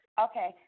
Okay